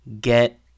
get